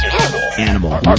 Animal